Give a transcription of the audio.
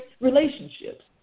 relationships